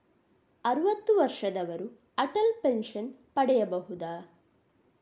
ಅರುವತ್ತು ವರ್ಷದವರು ಅಟಲ್ ಪೆನ್ಷನ್ ಪಡೆಯಬಹುದ?